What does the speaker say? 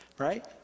right